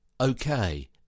okay